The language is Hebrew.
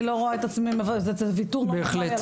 אני לא רואה את עצמי, זה ויתור על החיים.